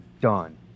done